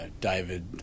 David